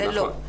זה לא.